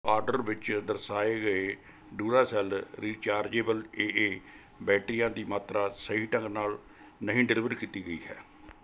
order ਵਿੱਚ ਦਰਸਾਏ ਗਏ ਡੁਆਰਾਸੈੱਲ ਰੀਚਾਰਜੇਬਲ ਏ ਏ ਬੈਟਰੀਆਂ ਦੀ ਮਾਤਰਾ ਸਹੀ ਢੰਗ ਨਾਲ ਨਹੀਂ ਡਿਲੀਵਰ ਕੀਤੀ ਗਈ ਹੈ